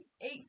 Eight